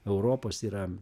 europos yra